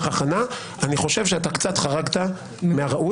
הכנה אני חושב שאתה קצת חרגת מהראוי